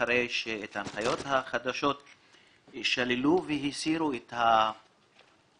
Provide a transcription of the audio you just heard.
אחרי שאת ההנחיות החדשות שללו והסירו את התקציבים